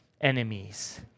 enemies